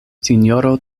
sinjoro